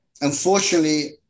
Unfortunately